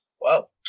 wow